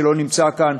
שלא נמצא כאן,